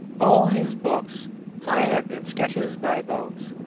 all his books might have been sketches by boz.